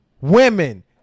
women